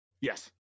Yes